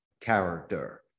character